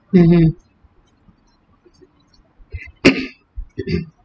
mmhmm